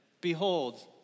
Behold